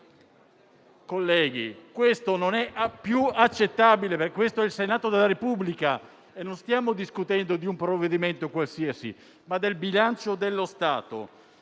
Colleghi, questo non è più accettabile. Questo è il Senato della Repubblica e stiamo discutendo non di un provvedimento qualsiasi, ma del bilancio dello Stato.